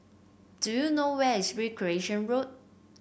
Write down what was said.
do you know where is Recreation Road